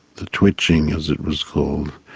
the twitching, as it was called.